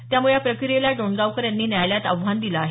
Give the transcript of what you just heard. त्यामुळे या प्रक्रियेला डोणगावकर यांनी न्यायालयात आव्हान दिलं आहे